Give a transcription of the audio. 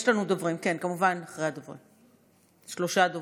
יש לנו דוברים, כמובן אחרי הדוברים, שלושה דוברים.